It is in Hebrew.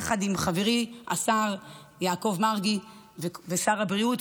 יחד עם חבריי השר יעקב מרגי ועם שר הבריאות,